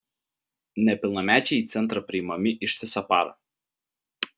nepilnamečiai į centrą priimami ištisą parą